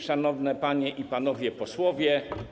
Szanowne Panie i Panowie Posłowie!